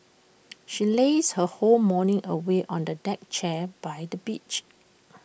she lazed her whole morning away on A deck chair by the beach